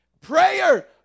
Prayer